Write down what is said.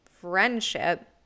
friendship